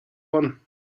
one